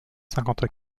cinquante